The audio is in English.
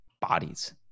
bodies